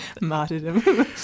Martyrdom